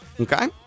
Okay